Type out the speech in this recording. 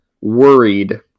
worried